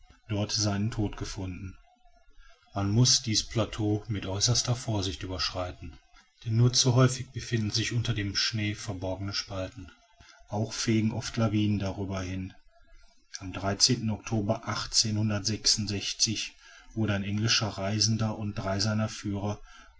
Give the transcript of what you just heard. dort seinen tod gefunden man muß dies plateau mit äußerster vorsicht überschreiten denn nur zu häufig befinden sich unter dem schnee verborgene spalten auch fegen oft lawinen darüber hin am october wurde ein englischer reisender und drei seiner führer